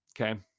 Okay